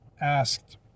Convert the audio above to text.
Asked